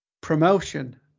Promotion